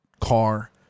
car